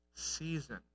season